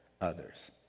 others